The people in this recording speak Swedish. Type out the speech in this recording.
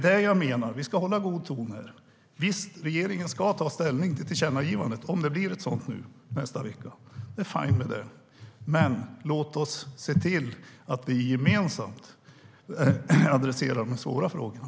Vi ska hålla god ton här, men visst ska regeringen ta ställning till tillkännagivandet - om det blir ett sådant nästa vecka. Det är fine med det. Men låt oss se till att vi gemensamt adresserar de svåra frågorna.